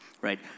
right